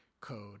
code